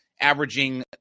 averaging